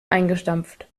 eingestampft